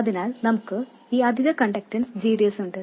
അതിനാൽ നമുക്ക് ഈ അധിക കണ്ടക്ടൻസ് gd s ഉണ്ട്